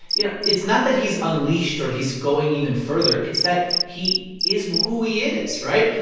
you know, it's not that he's unleashed or he's going even further, it's that he is who he is, right?